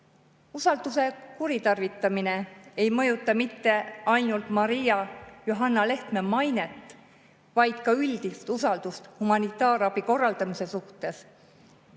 Usalduse kuritarvitamine ei mõjuta mitte ainult Johanna-Maria Lehtme mainet, vaid ka üldist usaldust humanitaarabi korraldamise suhtes.